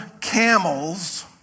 camels